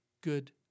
good